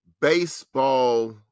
baseball